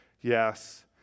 yes